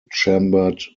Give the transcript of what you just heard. chambered